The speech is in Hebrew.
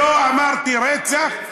לא אמרתי רצח,